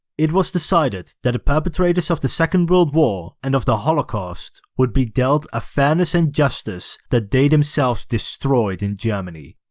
it was decided that the perpetrators of the second world war and of the holocaust, would be dealt a fairness and justice that they themselves destroyed in germany.